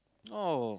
oh